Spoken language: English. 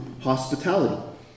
hospitality